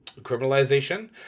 criminalization